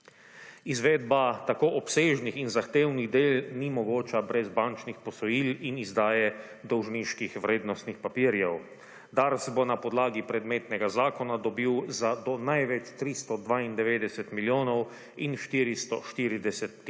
Izvedba tako obsežnih in zahtevnih del ni mogoča brez bančnih posojil in izdaje dolžniških vrednostnih papirjev. Dars bo na podlagi predmetnega zakona dobil za do največ 392 milijonov in 440